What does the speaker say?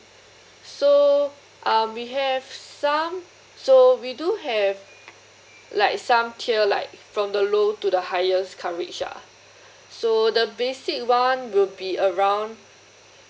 so um we have some um so we do have like some tier like from the low to the highest coverage ah so the basic one will be aroundï뾽